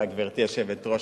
גברתי היושבת-ראש,